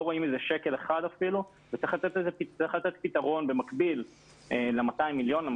רואים אפילו שקל אחד וצריך לתת פתרון במקבילל-200 מיליון השקלים,